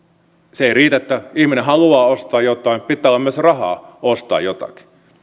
se ei riitä että ihminen haluaa ostaa jotain pitää olla myös rahaa ostaa jotakin